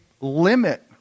limit